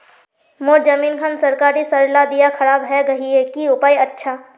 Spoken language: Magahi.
मोर जमीन खान सरकारी सरला दीया खराब है गहिये की उपाय अच्छा?